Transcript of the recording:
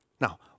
Now